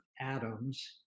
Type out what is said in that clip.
atoms